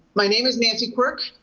my name is nancy quirk.